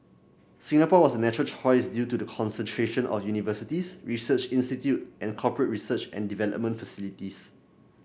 Singapore was natural choice due to the concentration of universities research institute and corporate research and development facilities